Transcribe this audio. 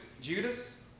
Judas